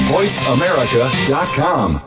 VoiceAmerica.com